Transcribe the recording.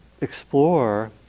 explore